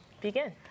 begin